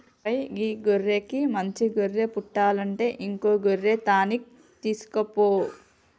ఓరై గీ గొర్రెకి మంచి గొర్రె పుట్టలంటే ఇంకో గొర్రె తాన్కి తీసుకుపో